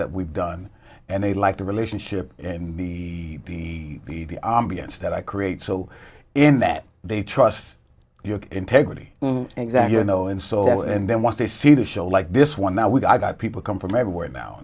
that we've done and they like the relationship and the the b s that i create so in that they trust your integrity exactly you know and so and then once they see the show like this one now we've got people come from everywhere now